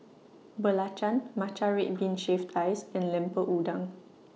Belacan Matcha Red Bean Shaved Ice and Lemper Udang